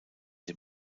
dem